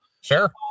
sure